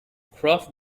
cross